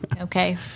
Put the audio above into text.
Okay